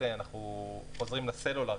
אנחנו חוזרים לסלולר,